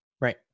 right